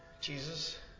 Jesus